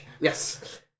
Yes